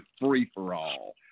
free-for-all